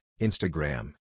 Instagram